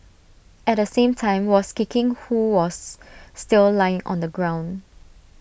at the same time was kicking who was still lying on the ground